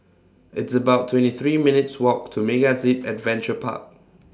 It's about twenty three minutes' Walk to MegaZip Adventure Park